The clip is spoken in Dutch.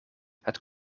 het